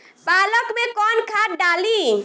पालक में कौन खाद डाली?